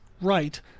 right